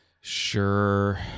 sure